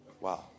wow